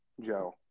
Joe